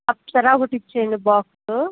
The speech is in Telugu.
అప్సర ఒకటి ఇచ్చేయండి బాక్సు